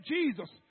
Jesus